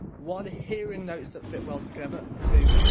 one hearing notes that fit well together and two,